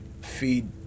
feed